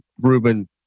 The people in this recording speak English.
Ruben